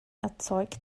erzeugt